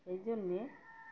এই জন্যে